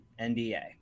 NBA